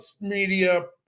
media